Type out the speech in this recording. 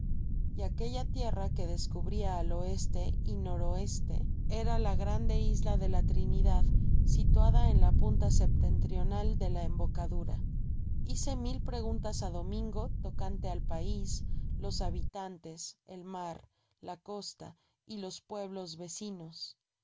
y aquella tierra que descubría al oeste y nowwte era la grande islade la trinidad situada en la punta septentrional de la embocadura hice mil preguntas á domingo tocante al pais los habitantes elraai la costa y los pueblos vecinos